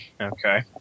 Okay